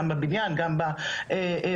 גם בבניין וגם בחקלאות,